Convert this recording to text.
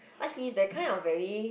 but he's that kind of very